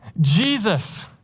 Jesus